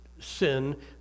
sin